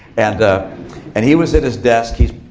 and ah and he was at his desk. he's